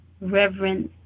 reverence